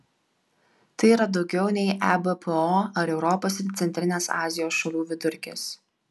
tai yra daugiau nei ebpo ar europos ir centrinės azijos šalių vidurkis